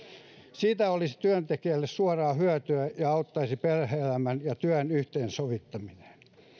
siitä olisi työntekijälle suoraa hyötyä ja se auttaisi perhe elämän ja työn yhteensovittamisessa